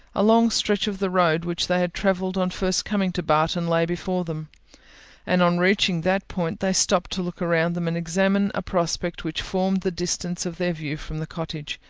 a long stretch of the road which they had travelled on first coming to barton, lay before them and on reaching that point, they stopped to look around them, and examine a prospect which formed the distance of their view from the cottage,